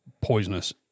poisonous